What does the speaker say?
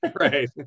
right